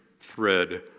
thread